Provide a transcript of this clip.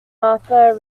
martha